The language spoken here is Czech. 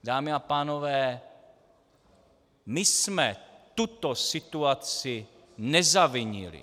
Dámy a pánové, my jsme tuto situaci nezavinili.